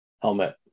helmet